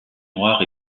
noire